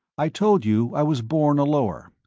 i told you i was born a lower.